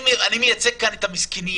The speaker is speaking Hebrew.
אני מייצג כאן את המסכנים,